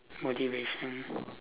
motivation